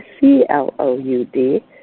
C-L-O-U-D